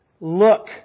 look